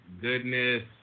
goodness